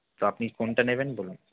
তো আপনি কোনটা নেবেন বলুন